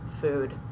food